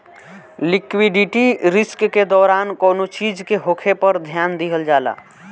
liquidity risk के दौरान कौनो चीज के होखे पर ध्यान दिहल जाला